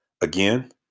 again